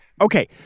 Okay